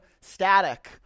static